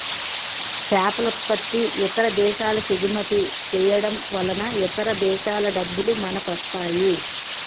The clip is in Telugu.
సేపలుత్పత్తి ఇతర దేశాలకెగుమతి చేయడంవలన ఇతర దేశాల డబ్బులు మనకొస్తాయి